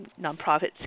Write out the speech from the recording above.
nonprofits